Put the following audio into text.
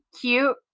cute